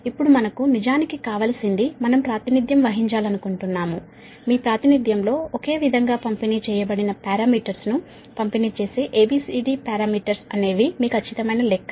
ఇప్పుడు మనకు నిజానికి కావలసింది మనం ప్రాతినిధ్యం వహించాలనుకుంటున్నాము మీ ప్రాతినిధ్యంలో ఒకే విధంగా పంపిణీ చేయబడిన పారామీటర్స్ ను పంపిణీ చేసే A B C D parameters అనేవి మీ ఖచ్చితమైన లెక్క